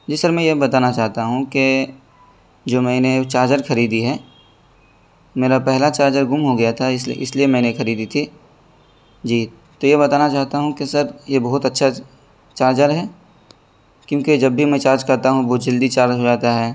جی sir میں یہ بتانا چاہتا ہوں کہ جو میں نے چارجر خریدی ہے میرا پہلا چارجر گم ہو گیا تھا اس لیے اس لیے میں نے خریدی تھی جی تو یہ بتانا چاہتا ہوں کہ سر یہ بہت اچھا چارجر ہے کیوںکہ جب بھی میں چارج کرتا ہوں بہت جلدی چارج ہو جاتا ہے